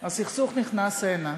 הסכסוך נכנס הנה.